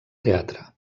teatre